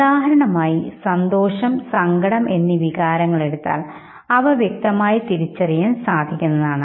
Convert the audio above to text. ഉദാഹരണമായി സന്തോഷം സങ്കടം എന്നീ വികാരങ്ങൾ എടുത്താൽ അവ വ്യക്തമായി തിരിച്ചറിയാൻ സാധിക്കുന്നതാണ്